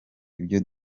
ibyo